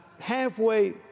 halfway